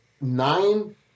nine